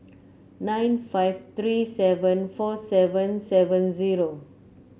nine five three seven four seven seven zero